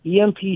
EMP